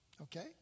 okay